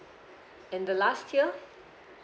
and the last tier